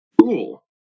Cool